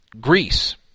Greece